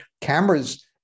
cameras